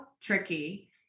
tricky